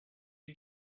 you